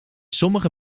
sommige